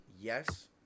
Yes